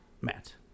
Matt